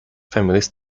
families